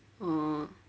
oh